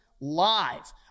live